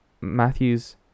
Matthews